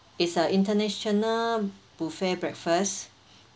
it's a international buffet breakfast